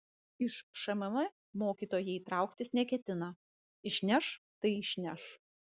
iš šmm mokytojai trauktis neketina išneš tai išneš